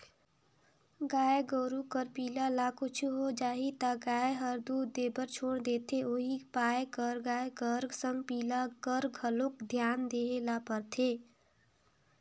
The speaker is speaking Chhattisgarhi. गाय गोरु कर पिला ल कुछु हो जाही त गाय हर दूद देबर छोड़ा देथे उहीं पाय कर गाय कर संग पिला कर घलोक धियान देय ल परथे